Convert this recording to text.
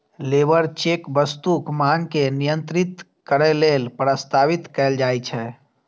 labour check वस्तुक मांग के नियंत्रित करै लेल प्रस्तावित कैल जाइ छै